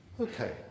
Okay